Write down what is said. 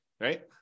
right